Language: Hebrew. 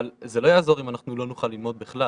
אבל זה לא יעזור אם אנחנו לא נוכל ללמוד בכלל.